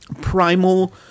primal